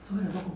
so